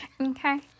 Okay